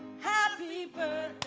happy but